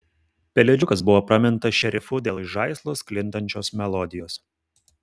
pelėdžiukas buvo pramintas šerifu dėl iš žaislo sklindančios melodijos